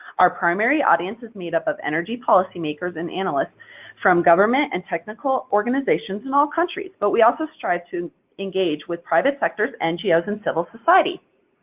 our primary audience is made up of energy policymakers and analysts from government and technical organizations in all countries. but we also strive to engage with private sectors, ngos, and civil society.